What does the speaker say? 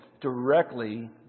directly